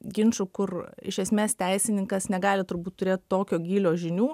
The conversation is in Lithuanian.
ginčų kur iš esmės teisininkas negali turbūt turėt tokio gylio žinių